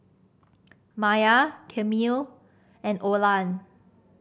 Myah Camille and Olan